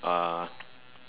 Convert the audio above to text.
uh